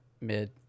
Mid